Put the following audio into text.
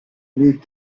les